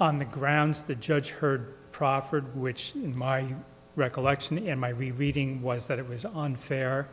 on the grounds the judge heard proffered which in my recollection and my reading was that it was unfair